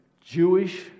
Jewish